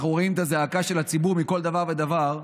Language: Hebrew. ואנחנו רואים את הזעקה של הציבור מכל דבר ודבר,